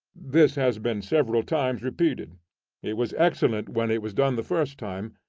this has been several times repeated it was excellent when it was done the first time,